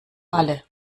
alle